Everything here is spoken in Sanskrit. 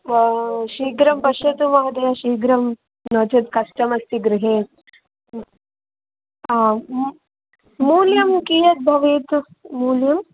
ओ शीघ्रं पश्यतु महोदय कर्तुं शीघ्रं नो चेत् कष्टमस्ति गृहे आम् मू मूल्यं कियद्भवेत् मूल्यं